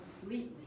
completely